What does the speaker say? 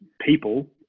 people